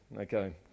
Okay